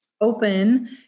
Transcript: open